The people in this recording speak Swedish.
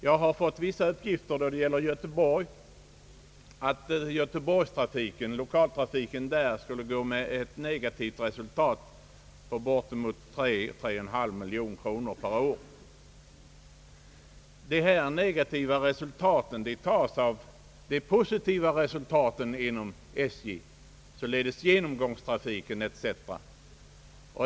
Jag har fått vissa uppgifter beträffande lokaltrafiken i göteborgsområdet, vilken skulle gå med ett negativt resultat på bortemot 3—3,5 miljoner kronor per år. Dessa negativa resultat betalas av de positiva resultaten inom SJ, således genomgångstrafiken etc.